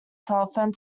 telephone